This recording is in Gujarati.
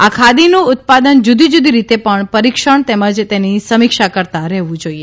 આ ખાદીનું ઉત્પાદનનું જુદી જુદી રીતે પરિક્ષણ તેમજ તેની સમિક્ષા કરતા રહેવું જોઇએ